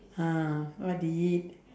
ah what did we eat